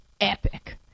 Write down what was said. epic